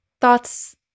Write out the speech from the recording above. thoughts